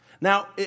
Now